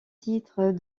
titre